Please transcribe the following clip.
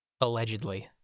allegedly